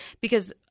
Because-